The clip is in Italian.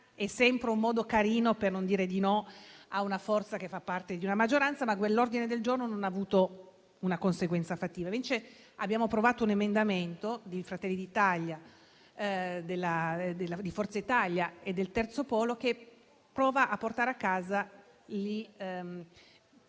è sempre un modo carino per non dire di no ad una forza che fa parte della maggioranza. Quell'ordine del giorno, però, non ha avuto una conseguenza fattiva. Qui abbiamo invece approvato un emendamento, di Fratelli d'Italia, di Forza Italia e del Terzo polo, che prova a dare giustizia